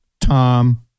Tom